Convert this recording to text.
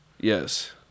Yes